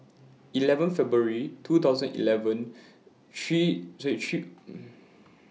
eleven February two thousand eleven three three